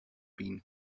been